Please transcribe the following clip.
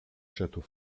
château